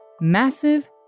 massive